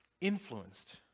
influenced